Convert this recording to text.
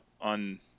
on